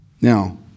Now